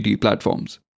platforms